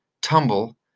tumble